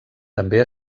també